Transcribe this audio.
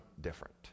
different